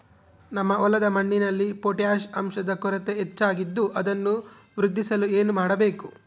ನಮ್ಮ ಹೊಲದ ಮಣ್ಣಿನಲ್ಲಿ ಪೊಟ್ಯಾಷ್ ಅಂಶದ ಕೊರತೆ ಹೆಚ್ಚಾಗಿದ್ದು ಅದನ್ನು ವೃದ್ಧಿಸಲು ಏನು ಮಾಡಬೇಕು?